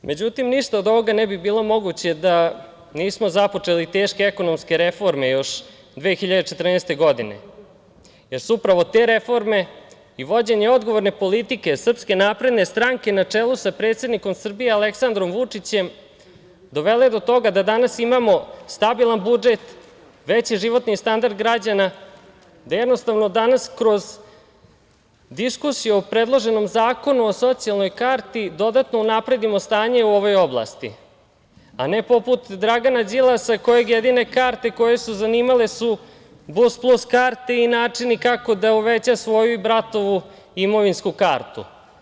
Međutim, ništa od ovoga ne bi bilo moguće da nismo započeli teške ekonomske reforme još 2014. godine, jer su upravo te reforme i vođenje odgovorne politike SNS na čelu sa predsednikom Srbije Aleksandrom Vučićem dovele do toga da danas imamo stabilan budžet, veći životni standard građana, da jednostavno danas kroz diskusiju o predloženom zakonu o socijalnoj karti dodatno unapredimo stanje u ovoj oblasti, a ne poput Dragana Đilasa kojeg jedine karte koje su zanimale su Bus Plus karte i načini kako da uveća svoju i bratovu imovinsku kartu.